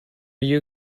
you